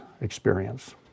experience